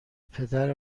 پدر